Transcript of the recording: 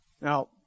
Now